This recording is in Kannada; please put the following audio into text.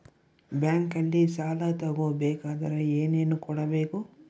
ಬ್ಯಾಂಕಲ್ಲಿ ಸಾಲ ತಗೋ ಬೇಕಾದರೆ ಏನೇನು ಕೊಡಬೇಕು?